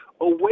away